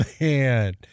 man